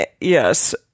yes